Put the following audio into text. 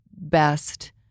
best